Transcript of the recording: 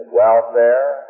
welfare